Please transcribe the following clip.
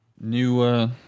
new